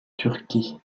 turquie